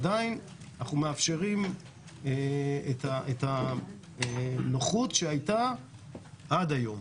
עדיין אנחנו מאפשרים את הנוחות שהייתה עד היום.